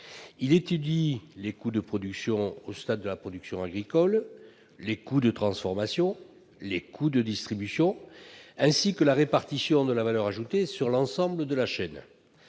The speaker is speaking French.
Il étudie les coûts de production au stade de la production agricole, les coûts de transformation et les coûts de distribution, ainsi que la répartition de la valeur ajoutée dans l'ensemble de la chaîne